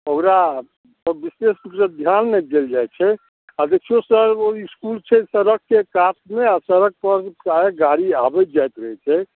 ओकरा विशेष रुपसंँ ध्यान नहि देल जाइ छै आ देखिऔ सर ओ इसकुल छै सड़कके कातमे आ सड़क पर गाड़ी आबैत जाइत रहै छै